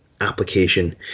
application